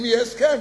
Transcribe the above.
אם יהיה הסכם,